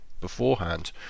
beforehand